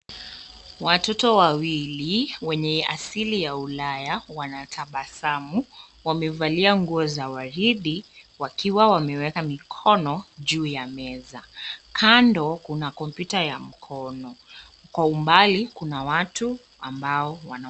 Watoto wawili wenye asili ya ulaya wanatabasamu. Wamevalia nguo za waridi, wakiwa wameweka mikono juu ya meza. Kando kuna kompyut ya mkono. Kwa umbali kuna watu ambao wana.